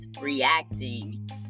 reacting